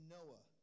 Noah